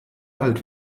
alt